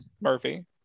murphy